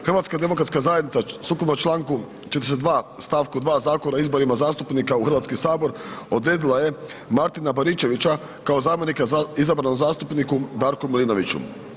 Hrvatska demokratska zajednica sukladno članku 42. stavku 2., Zakona o izborima zastupnika u Hrvatski sabor odredila je Martina Baričevića kao zamjenika izabranog zastupniku Darku Milinoviću.